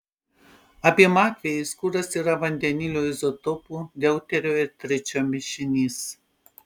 abiem atvejais kuras yra vandenilio izotopų deuterio ir tričio mišinys